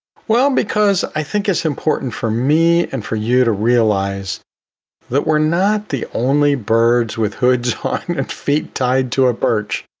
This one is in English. well, because i think it's important for me and for you to realize that we're not the only birds with hoods on, and feet tied to a birch.